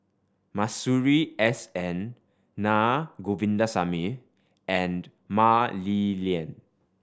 Masuri S N Naa Govindasamy and Mah Li Lian